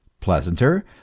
Pleasanter